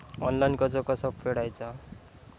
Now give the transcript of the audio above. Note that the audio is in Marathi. ऑनलाइन कर्ज कसा फेडायचा?